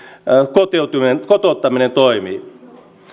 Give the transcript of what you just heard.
kotouttaminen kotouttaminen toimii